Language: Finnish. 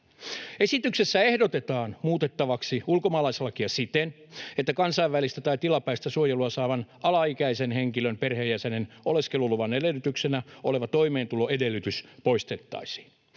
Esityksessä ehdotetaan muutettavaksi ulkomaalaislakia siten, että kansainvälistä tai tilapäistä suojelua saavan alaikäisen henkilön perheenjäsenen oleskeluluvan edellytyksenä oleva toimeentuloedellytys poistettaisiin.